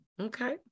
Okay